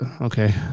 Okay